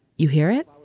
you hear it.